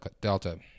Delta